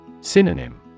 Synonym